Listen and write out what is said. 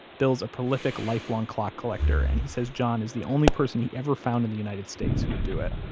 bill's a prolific lifelong clock collector and he says john is the only person he ever found in the united states who would do it.